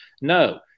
No